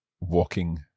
walking